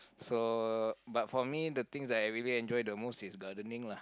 so but for me the things that I really enjoy the most is gardening lah